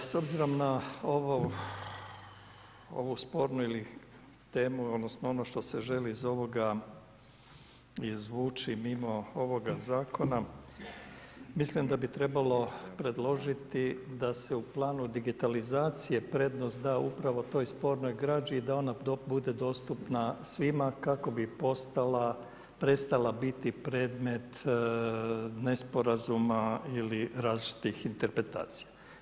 S obzirom na ovu spornu temu odnosno ono što se želi iz ovoga izvući mimo ovoga zakona, mislim da bi trebalo predložiti da se u planu digitalizacije prednost da upravo toj spornoj građi i da se ona bude dostupna svima kako bi prestala biti predmet nesporazuma ili različitih interpretacija.